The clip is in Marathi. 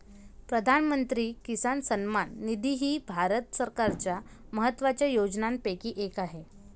प्रधानमंत्री किसान सन्मान निधी ही भारत सरकारच्या महत्वाच्या योजनांपैकी एक आहे